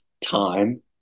time